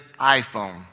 iPhone